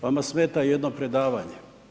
Vama smeta jedno predavanje.